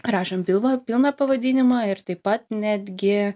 rašom pilną pilną pavadinimą ir taip pat netgi